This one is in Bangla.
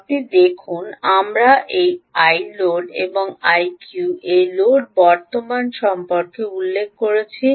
আপনি দেখুন আমরা এই iload এবং এই iQ এই লোড বর্তমান সম্পর্কে উল্লেখ করেছি